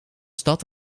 stad